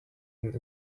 and